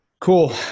Cool